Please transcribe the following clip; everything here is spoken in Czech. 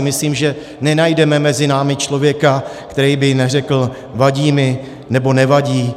Myslím si, že nenajdeme mezi námi člověka, který by neřekl, vadí mi, nebo nevadí.